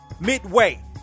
midway